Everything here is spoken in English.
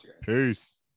peace